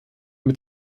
mit